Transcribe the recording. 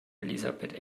elisabeth